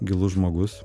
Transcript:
gilus žmogus